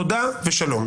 תודה ושלום.